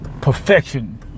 perfection